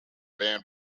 band